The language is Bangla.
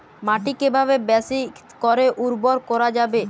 মাটি কিভাবে বেশী করে উর্বর করা যাবে?